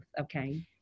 okay